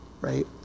right